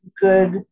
good